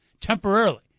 Temporarily